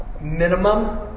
minimum